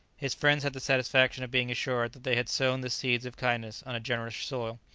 his friends had the satisfaction of being assured that they had sown the seeds of kindness on a generous soil,